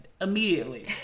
Immediately